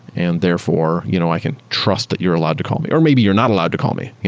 and therefore, you know i can trust that you're allowed to call me, or maybe you're not allowed to call me. yeah